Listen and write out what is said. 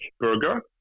burger